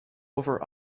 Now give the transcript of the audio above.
cover